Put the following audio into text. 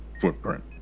footprint